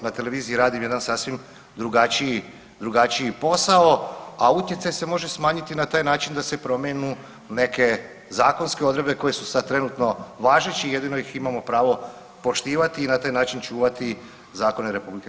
Na televiziji radim jedan sasvim drugačiji posao, a utjecaj se može smanjiti na taj način da se promjenu neke zakonske odredbe koje su sad trenutno važeći i jedino ih imamo pravo poštivati i na taj način čuvati zakone RH.